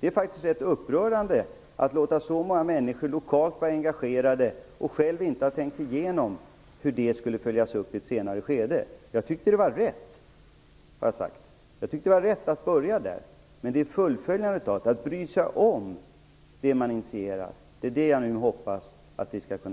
Det är faktiskt upprörande att låta många människor vara engagerade lokalt utan att ha tänkt igenom hur man själv skall följa upp detta i ett senare skede. Jag har sagt att jag tyckte att det var rätt att börja lokalt, men jag hoppas nu att vi skall bry oss om det som vi har initierat.